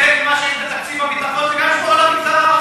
חלק ממה שיש בתקציב הביטחון זה גם לשמור על המגזר הערבי,